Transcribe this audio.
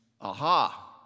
aha